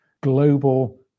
global